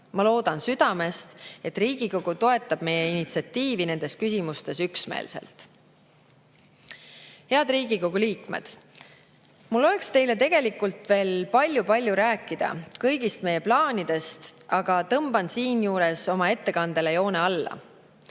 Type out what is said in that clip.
Ma loodan südamest, et Riigikogu toetab meie initsiatiivi nendes küsimustes üksmeelselt. Head Riigikogu liikmed! Mul oleks teile veel palju-palju rääkida kõigist meie plaanidest, aga tõmban siinkohal oma ettekandele joone alla.